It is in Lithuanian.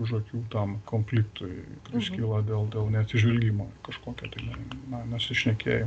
už akių tam konfliktui iškyla dėl dėl neatsižvelgimo kažkokio tai nesusišnekėjimo